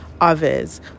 others